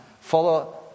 follow